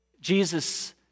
Jesus